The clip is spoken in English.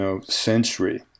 century